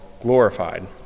glorified